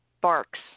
barks